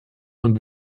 und